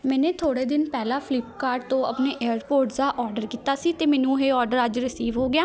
ਮੈਨੇ ਥੋੜ੍ਹੇ ਦਿਨ ਪਹਿਲਾਂ ਫਲਿੱਪਕਾਰਟ ਤੋਂ ਆਪਣੇ ਏਅਰਪੋਰਡਸ ਦਾ ਔਡਰ ਕੀਤਾ ਸੀ ਅਤੇ ਮੈਨੂੰ ਇਹ ਔਡਰ ਅੱਜ ਰਸੀਵ ਹੋ ਗਿਆ